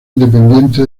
independiente